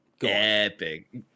epic